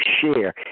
share